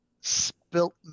spilt